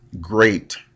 great